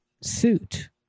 suit